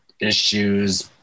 issues